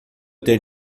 ter